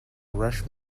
rush